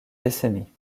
décennie